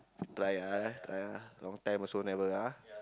try ah try eh long time also never ah